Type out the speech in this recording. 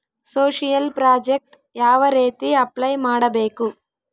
Social project ಯಾವ ರೇತಿ apply ಮಾಡಬೇಕು?